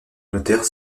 notaire